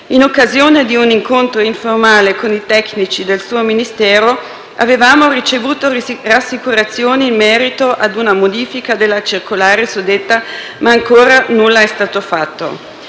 In occasione di un incontro informale con i tecnici del suo Ministero, avevamo ricevuto rassicurazioni in merito a una modifica della suddetta circolare, ma ancora nulla è stato fatto.